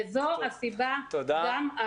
וזו גם הסיבה לשחיקה.